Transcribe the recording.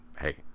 hey